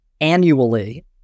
annually